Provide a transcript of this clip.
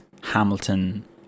hamilton